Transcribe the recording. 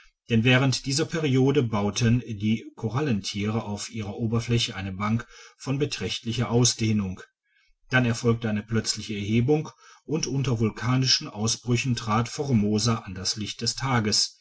denn während dieser periode bauten die korallentiere auf ihrer oberfläche eine bank von beträchtlicher ausdehnung dann erfolgte eine plötzliche erhebung und unter vulkanischen ausbrüchen trat formosa an das licht des tages